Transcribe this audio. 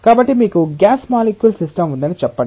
కాబట్టి మీకు gas molecules system ఉందని చెప్పండి